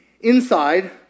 inside